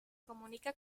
comunica